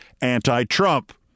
anti-Trump